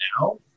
now